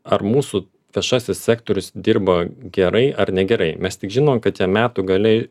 ar mūsų viešasis sektorius dirba gerai ar negerai mes tik žinom kad jie metų gale